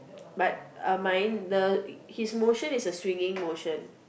but uh mine the his motion is a swinging motion